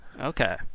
Okay